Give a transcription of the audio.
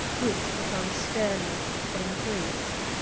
this put-on sternness had increased.